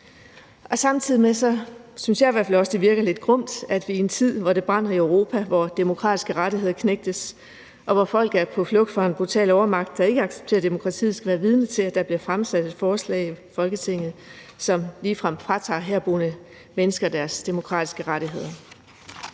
Samtidig synes jeg i hvert fald også, at det virker lidt grumt, at vi i en tid, hvor det brænder i Europa, hvor demokratiske rettigheder knægtes, og hvor folk er på flugt fra en brutal overmagt, der ikke accepterer demokratiet, skal være vidne til, at der bliver fremsat et forslag i Folketinget, som ligefrem fratager herboende mennesker deres demokratiske rettigheder.